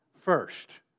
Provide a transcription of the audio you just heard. first